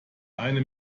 eine